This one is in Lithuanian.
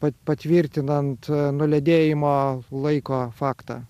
pa patvirtinant nuledėjimo laiko faktą